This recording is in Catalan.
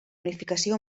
unificació